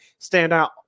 standout